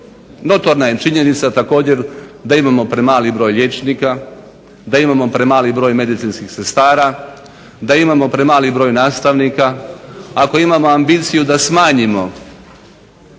Notorna je činjenica također da imamo premali broj liječnika, da imamo premali broj medicinskih sestara, da imamo premali broj nastavnika. Ako imamo ambiciju da smanjimo